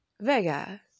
Vega